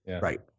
right